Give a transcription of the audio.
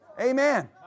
Amen